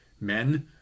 Men